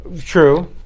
True